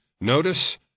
Notice